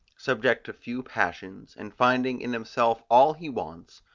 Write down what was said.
subject to few passions, and finding in himself all he wants,